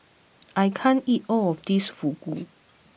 I can't eat all of this Fugu